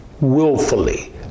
willfully